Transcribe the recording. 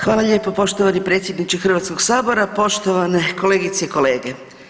Hvala lijepo poštovani predsjedniče Hrvatskog sabora, poštovane kolegice i kolege.